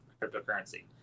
cryptocurrency